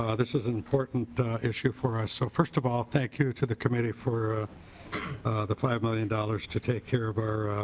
ah this is important issue for us so first of all thank you to the committee for the five million dollars to take care of our